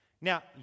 Now